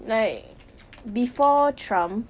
like before trump